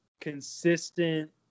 consistent